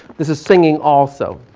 this is singing also.